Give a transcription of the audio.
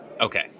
Okay